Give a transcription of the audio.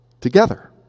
together